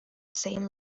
same